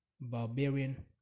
barbarian